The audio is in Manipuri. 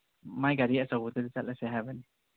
ꯃꯥꯏ ꯒꯥꯔꯤ ꯑꯆꯧꯕꯗꯨꯗ ꯆꯠꯂꯁꯤ